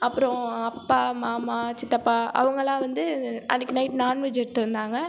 அப்புறம் அப்பா மாமா சித்தப்பா அவங்கெல்லாம் வந்து அன்றைக்கு நைட் நான்வெஜ் எடுத்திருந்தாங்க